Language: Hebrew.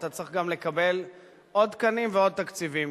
אתה צריך גם לקבל עוד תקנים ועוד תקציבים,